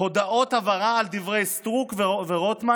הודעות הבהרה על דברי סטרוק ורוטמן